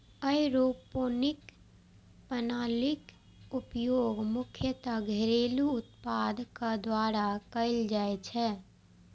aeroponic प्रणालीक उपयोग मुख्यतः घरेलू उत्पादक द्वारा कैल जाइ छै